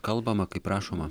kalbama kaip rašoma